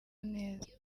neza